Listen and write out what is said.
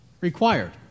required